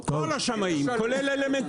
זה כל השמאים, כולל אלמנטרי.